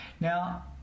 now